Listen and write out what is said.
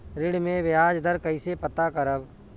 ऋण में बयाज दर कईसे पता करब?